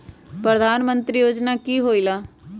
प्रधान मंत्री योजना कि होईला?